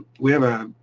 we have a.